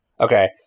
Okay